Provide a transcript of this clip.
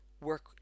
work